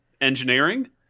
Engineering